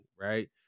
right